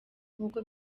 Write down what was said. nk’uko